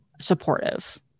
supportive